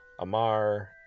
Amar